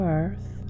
earth